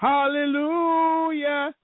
Hallelujah